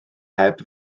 heb